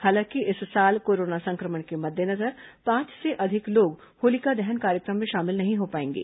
हालांकि इस साल कोरोना संक्रमण के मद्देनजर पांच से अधिक लोग होलिका दहन कार्यक्रम में शामिल नहीं हो पाएंगे